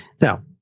Now